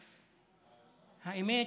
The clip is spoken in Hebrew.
האמת,